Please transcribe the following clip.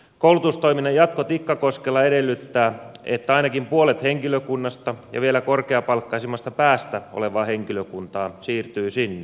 koulutustoiminnan jatko tikkakoskella edellyttää että ainakin puolet henkilökunnasta ja vielä korkeapalkkaisimmasta päästä olevaa henkilökuntaa siirtyy sinne